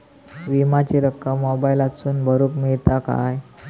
विमाची रक्कम मोबाईलातसून भरुक मेळता काय?